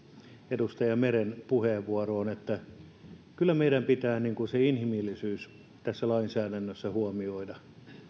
edustaja meren puheenvuoroon kyllä meidän pitää se inhimillisyys tässä lainsäädännössä huomioida